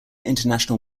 international